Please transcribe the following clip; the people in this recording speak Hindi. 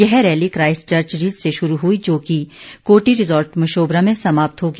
यह रैली काइस्ट चर्च रिज से शुरू हुई जो कोटि रिजॉर्ट मशोबरा में समाप्त होगी